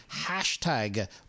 Hashtag